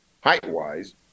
height-wise